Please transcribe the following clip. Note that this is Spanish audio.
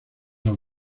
los